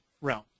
realm